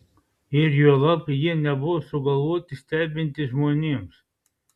ir juolab jie nebuvo sugalvoti stebinti žmonėms